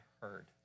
heard